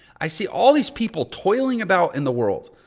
i see all these people toiling about in the world,